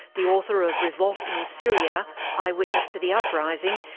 the author of revolt in syria eyewitness to the uprising,